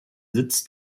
sitz